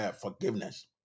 forgiveness